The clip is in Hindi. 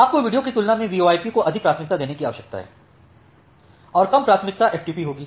आपको वीडियो की तुलना में वीओआईपी को अधिक प्राथमिकता देने की आवश्यकता है और कम प्राथमिकता एफटीपी होगी